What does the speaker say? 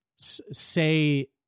say